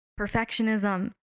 perfectionism